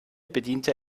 bediente